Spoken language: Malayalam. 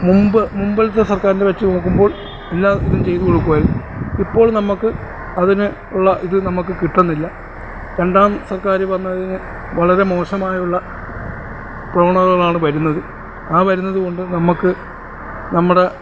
മുമ്പ് മുമ്പിലത്തെ സർക്കാരിനെ വെച്ച് നോക്കുമ്പോൾ എല്ലാ ഇതും ചെയ്തുകൊടുക്കുകയായിരുന്നു ഇപ്പോൾ നമുക്ക് അതിന് ഉള്ള ഇത് നമുക്ക് കിട്ടുന്നില്ല രണ്ടാം സർക്കാർ വന്നതിന് വളരെ മോശമായുള്ള പ്രവണതകളാണ് വരുന്നത് ആ വരുന്നത് കൊണ്ട് നമുക്ക് നമ്മുടെ